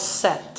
set